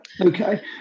Okay